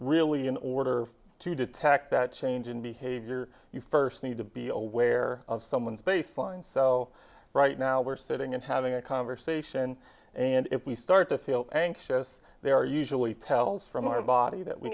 really in order to detect that change in behavior you first need to be aware of someone's space find so right now we're sitting in having a conversation and if we start to feel anxious they are usually tells from our body that we